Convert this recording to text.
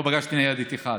לא פגשתי ניידת אחת.